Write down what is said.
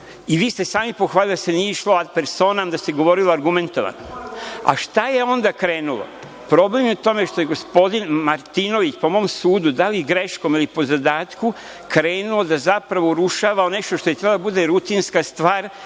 i vi ste sami pohvalili da se nije išlo ad personam, da se govorilo argumentovano. A šta je onda krenulo? Problem je u tome što je gospodin Martinović po mom sudu, da li greškom ili po zadatku, krenuo da zapravo urušava nešto što je trebalo da bude rutinska stvar